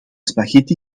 spaghetti